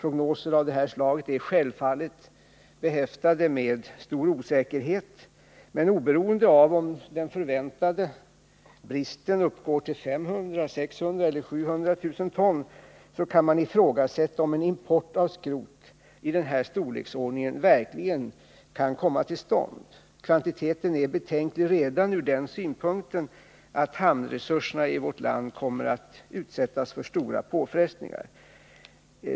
Prognoser av detta slag är självfallet mycket osäkra, men oberoende av om den förväntade bristen uppgår till 500 000, 600 000 eller 700 000 ton kan man ifrågasätta om en import av skrot av denna storleksordning verkligen kan komma till stånd. Kvantiteten är betänklig redan från den synpunkten att hamnresurserna i vårt land kommer att utsättas för stora påfrestningar.